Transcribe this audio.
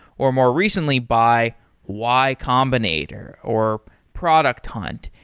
or more recently, by y combinator, or product hunt.